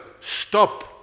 Stop